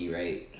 right